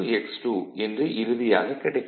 x2 என்று இறுதியாகக் கிடைக்கும்